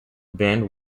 band